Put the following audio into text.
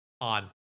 on